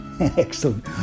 Excellent